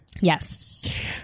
yes